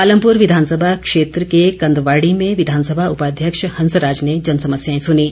पालमपुर विधानसभा क्षेत्र के कंदवाड़ी में विधानसभा उपाध्यक्ष हंसराज ने जन समस्याएं सुनीं